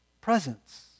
presence